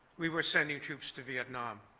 we were sending troops to vietnam.